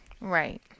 Right